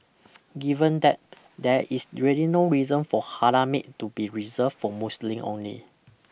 given that there is really no reason for Halal meat to be reserved for Muslim only